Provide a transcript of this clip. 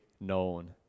known